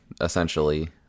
essentially